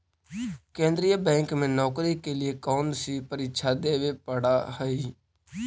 केन्द्रीय बैंक में नौकरी के लिए कौन सी परीक्षा देवे पड़ा हई